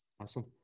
Awesome